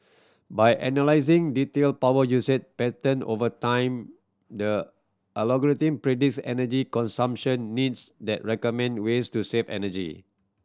by analysing detail power usage pattern over time the algorithm predicts energy consumption needs the recommend ways to save energy